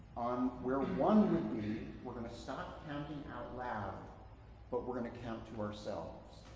on where one would be, we're going to stop counting out loud but we're going to count to ourselves.